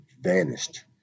vanished